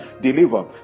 deliver